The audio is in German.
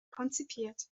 konzipiert